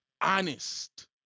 honest